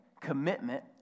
Commitment